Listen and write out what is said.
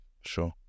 Sure